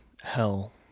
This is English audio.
hell